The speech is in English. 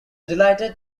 delighted